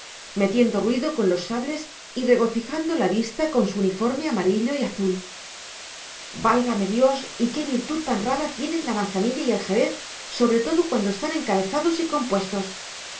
metiendo ruido con los sables y regocijando la vista con su uniforme amarillo y azul válgame dios y qué virtud tan rara tienen la manzanilla y el jerez sobre todo cuando están encabezados y compuestos